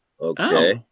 okay